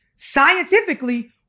Scientifically